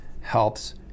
helps